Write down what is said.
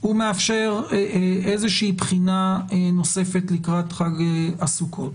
הוא מאפשר איזה שהיא בחינה נוספת לקראת חג הסוכות.